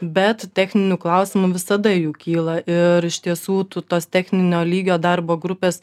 bet techninių klausimų visada jų kyla ir iš tiesų tų tos techninio lygio darbo grupės